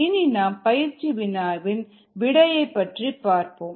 இனி நாம் பயிற்சி வினாவின் விடையை பார்ப்போம்